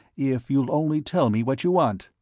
if you'll only tell me what you want.